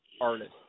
artist